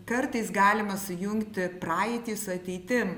kartais galima sujungti praeitį su ateitim